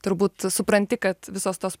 turbūt supranti kad visos tos